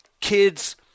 kids